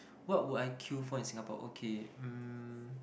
what will I queue for in Singapore okay um